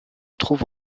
trouve